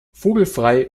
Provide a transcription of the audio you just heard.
vogelfrei